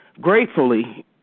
gratefully